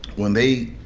when they